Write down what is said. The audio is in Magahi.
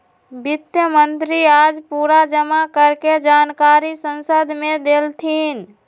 वित्त मंत्री आज पूरा जमा कर के जानकारी संसद मे देलथिन